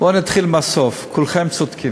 בואו ונתחיל מהסוף: כולכם צודקים,